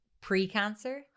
pre-cancer